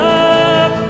up